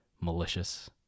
malicious